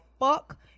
fuck